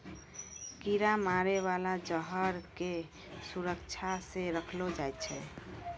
कीरा मारै बाला जहर क सुरक्षा सँ रखलो जाय छै